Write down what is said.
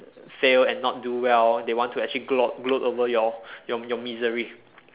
fail and not do well they want to actually gloat gloat over your your your misery